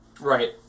Right